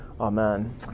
Amen